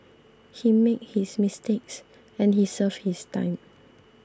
he made his mistakes and he served his time